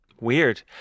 Weird